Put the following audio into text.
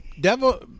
devil